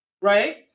right